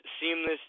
seamless